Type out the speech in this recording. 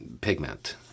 pigment